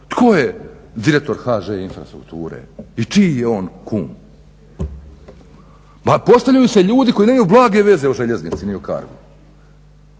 Tko je direktor HŽ-Infrastrukture i čiji je on kum? Postavljaju se ljudi koji nemaju blage veze o željeznici ni o Cargu.